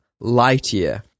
Lightyear